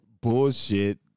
bullshit